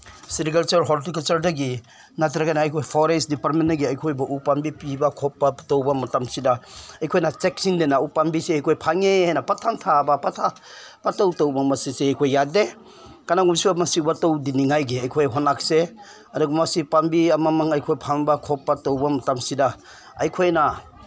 sericulture ꯍꯣꯔꯇꯤꯀꯜꯆꯔꯗꯒꯤ ꯅꯠꯇ꯭ꯔꯒꯅ ꯑꯩꯈꯣꯏ ꯐꯣꯔꯦꯁ ꯗꯤꯄꯥꯔꯠꯃꯦꯟꯗꯒꯤ ꯑꯩꯈꯣꯏꯕꯨ ꯎ ꯄꯥꯝꯕꯤ ꯄꯤꯕ ꯈꯣꯠꯄ ꯇꯧꯕ ꯃꯇꯝꯁꯤꯗ ꯑꯩꯈꯣꯏꯅ ꯆꯦꯛꯁꯤꯟꯗꯅ ꯎ ꯄꯥꯝꯕꯤꯁꯤ ꯑꯩꯈꯣꯏ ꯐꯪꯉꯦ ꯍꯥꯏꯅ ꯄꯪꯊꯥ ꯊꯥꯕ ꯄꯪꯊꯥ ꯄꯪꯇꯧ ꯇꯧꯕ ꯃꯁꯤꯁꯦ ꯑꯩꯈꯣꯏ ꯌꯥꯗꯦ ꯀꯅꯥꯒꯨꯝꯕꯁꯨ ꯃꯁꯤꯒꯨꯝꯕ ꯇꯧꯗꯅꯤꯉꯥꯏꯒꯤ ꯑꯩꯈꯣꯏ ꯍꯣꯠꯅꯁꯦ ꯑꯗꯨꯒ ꯃꯁꯤ ꯄꯥꯝꯕꯤ ꯑꯃꯃ ꯑꯩꯈꯣꯏ ꯐꯪꯕ ꯈꯣꯠꯄ ꯇꯧꯕ ꯃꯇꯝꯁꯤꯗ ꯑꯩꯈꯣꯏꯅ